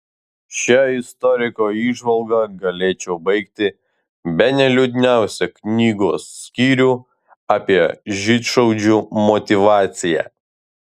šia istoriko įžvalga galėčiau baigti bene liūdniausią knygos skyrių apie žydšaudžių motyvaciją